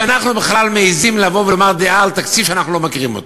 שאנחנו בכלל מעזים לבוא ולומר דעה על תקציב שאנחנו לא מכירים.